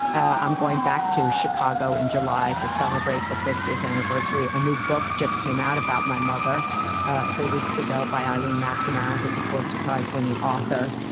i'm going back to chicago in july to celebrate the fiftieth anniversary. a new book just came out about my mother three weeks ago, by eileen mcnamara, who's a pulitzer prize-winning author,